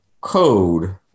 code